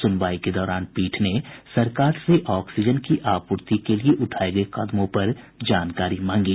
सुनवाई के दौरान पीठ ने सरकार से ऑक्सीजन की आपूर्ति के लिए उठाये गये कदमों पर जानकारी मांगी